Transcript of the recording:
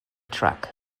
truck